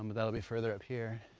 that will be further up here.